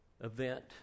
event